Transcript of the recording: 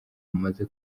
mumaze